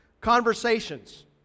Conversations